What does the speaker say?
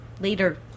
later